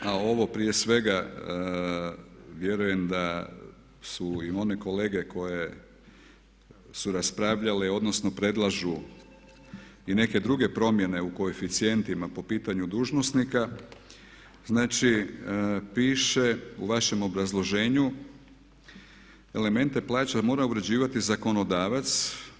Nadalje, a ovo prije svega vjerujem da su i one kolege koje su raspravljale, odnosno predlažu i neke druge promjene u koeficijentima po pitanju dužnosnika, znači piše u vašem obrazloženju elemente plaća mora uređivati zakonodavac.